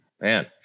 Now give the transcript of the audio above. man